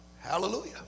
Hallelujah